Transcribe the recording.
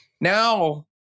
now